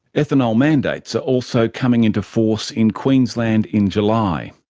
ethanol mandates are also coming into force in queensland in july.